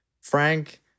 Frank